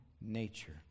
nature